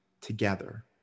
together